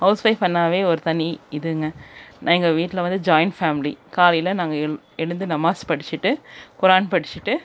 house wife என்னாவே ஒரு தனி இதுங்க நான் எங்கள் வீட்டில் வந்து ஜாய்ன்ட் ஃபேமிலி காலையில் நாங்கள் எழ் எழுந்து நமாஸ் படிச்சுட்டு குரான் படிச்சுட்டு